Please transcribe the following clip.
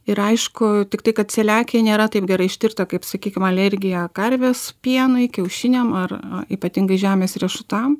ir aišku tiktai kad celiakija nėra taip gerai ištirta kaip sakykim alergija karvės pienui kiaušiniam ar ypatingai žemės riešutam